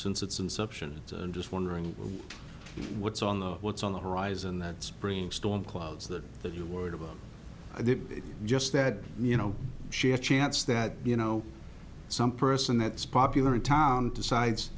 since its inception and just wondering what's on the what's on the horizon that spring storm clouds that that you're worried about just that you know she has a chance that you know some person that's popular in town decides